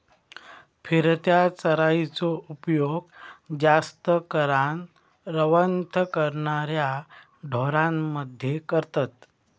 फिरत्या चराइचो उपयोग जास्त करान रवंथ करणाऱ्या ढोरांमध्ये करतत